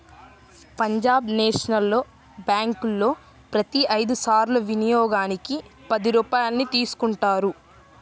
Punjab national బ్యేంకులో ప్రతి ఐదు సార్ల వినియోగానికి పది రూపాయల్ని తీసుకుంటారు